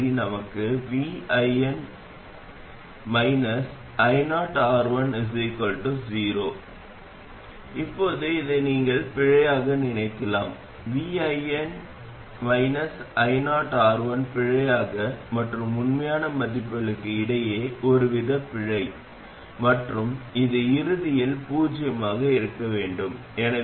எனவே நமக்கு ioii வேண்டும் உள்ளீடு மின்னோட்டம் உள்ளது என்று கூறும்போது வெளிப்படையாக தற்போதைய ஆதாரம் உள்ளது அதன் மதிப்பு ii மற்றும் நிச்சயமாக அது இலட்சியமற்றதாக இருக்கலாம்